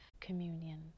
communion